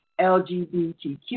LGBTQ